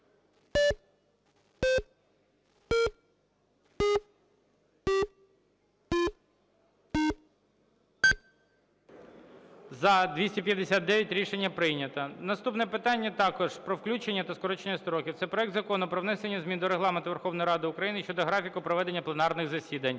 За-259 Рішення прийнято. Наступне питання також про включення та скорочення строків. Це проект Закону про внесення змін до Регламенту Верховної Ради України щодо графіку проведення пленарних засідань